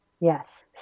Yes